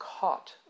caught